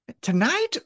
tonight